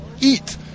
eat